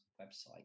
website